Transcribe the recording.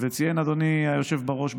ציין אדוני היושב-ראש,